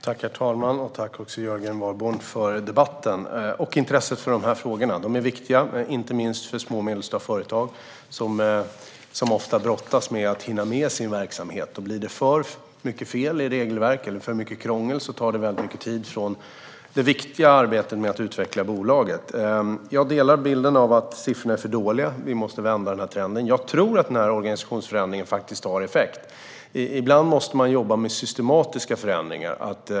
Herr talman! Tack, Jörgen Warborn, för debatten och för intresset för dessa frågor! De är viktiga, inte minst för små och medelstora företag, som ofta brottas med att hinna med sin verksamhet. Blir det för mycket fel och krångel i regelverken tar det mycket tid från det viktiga arbetet med att utveckla bolaget. Jag håller med om att siffrorna är för dåliga. Vi måste vända trenden. Jag tror att organisationsförändringen faktiskt har effekt. Ibland måste man jobba med systematiska förändringar.